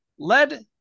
led